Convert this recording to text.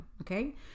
okay